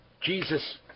Jesus